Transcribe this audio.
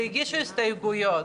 והגישו הסתייגויות.